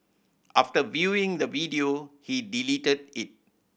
after viewing the video he deleted it